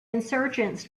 insurgents